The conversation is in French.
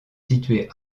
situé